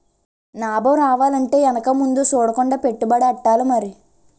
నాబం రావాలంటే ఎనక ముందు సూడకుండా పెట్టుబడెట్టాలి మరి